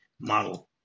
model